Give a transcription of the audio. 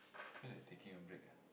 feel like taking a break ah